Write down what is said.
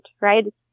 right